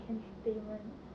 entertainment